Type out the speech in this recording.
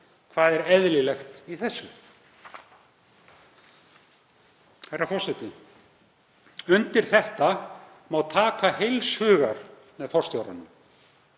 hvað sé eðlilegt í þessu.“ Herra forseti. Undir þetta má taka heils hugar með forstjóranum.